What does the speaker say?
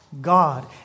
God